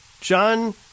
John